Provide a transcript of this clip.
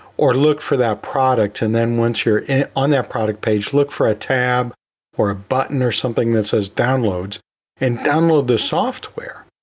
or look for that product. and then once you're on that product page, look for a tab or a button or something that says downloads and download the software.